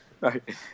Right